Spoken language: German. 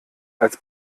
als